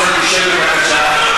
תשב בבקשה.